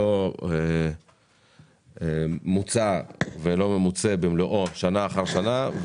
לא ממוצה במלואו שנה אחר שנה.